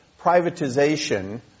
privatization